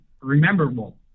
rememberable